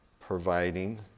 providing